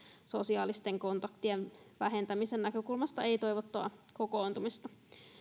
sosiaalisten kontaktien vähentämisen näkökulmasta ei toivottua kokoontumista